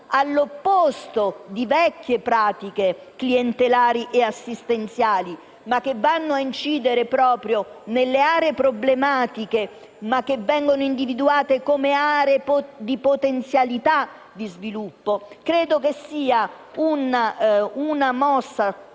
all'opposto di vecchie pratiche clientelari e assistenziali, ad incidere proprio nelle aree problematiche (ma che vengono individuate come aree di potenzialità di sviluppo) a mio avviso